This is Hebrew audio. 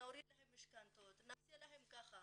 נוריד לכם משכנתאות, נעשה לכם ככה"